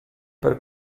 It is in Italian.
per